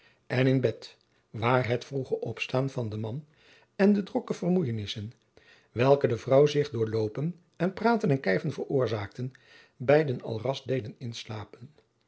en in bed waar het vroege opstaan van den man en de drokke vermoeienissen welke de vrouw zich door loopen en praten en kijven veroorzaakten beiden alras deden inslapen